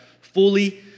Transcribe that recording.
fully